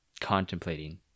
contemplating